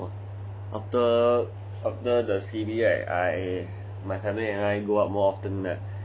after after the C_B right my family and I go out more often